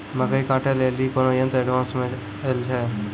मकई कांटे ले ली कोनो यंत्र एडवांस मे अल छ?